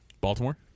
Baltimore